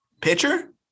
Pitcher